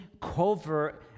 cover